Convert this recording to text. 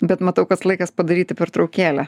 bet matau kad laikas padaryti pertraukėlę